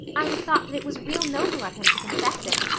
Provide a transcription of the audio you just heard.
i'd have thought that it was real noble of him to confess it,